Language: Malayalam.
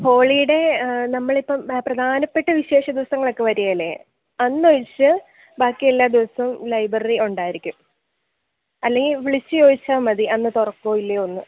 ഹോളിഡേ നമ്മൾ അപ്പോൾ ആ പ്രധാനപ്പെട്ട വിശേഷ ദിവസങ്ങളൊക്കെ വരികയില്ലേ അന്ന് ഒഴിച്ചു ബാക്കി എല്ലാ ദിവസവും ലൈബ്രറി ഉണ്ടായിരിക്കും അല്ലെങ്കിൽ വിളിച്ചു ചോദിച്ചാൽ മതി അന്ന് തുറക്കുമോ ഇല്ലയോ എന്ന്